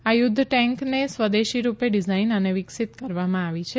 આ યુધ્ધ ટેન્કને સ્વદેશીરૂપે ડીઝાઇન અને વિકસીત કરવામાં આવી છે